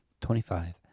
Twenty-five